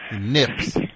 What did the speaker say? Nips